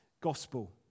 gospel